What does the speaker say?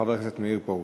חבר הכנסת מאיר פרוש.